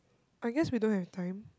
I guess we don't have time